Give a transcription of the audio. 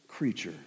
creature